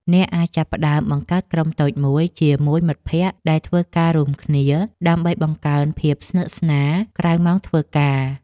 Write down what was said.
អ្នកអាចចាប់ផ្ដើមបង្កើតក្រុមតូចមួយជាមួយមិត្តភក្តិដែលធ្វើការរួមគ្នា ដើម្បីបង្កើនភាពស្និទ្ធស្នាលក្រៅម៉ោងធ្វើការ។